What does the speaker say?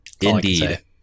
Indeed